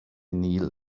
kneel